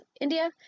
India